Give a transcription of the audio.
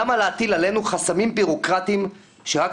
למה להטיל עלינו חסמים בירוקרטיים שרק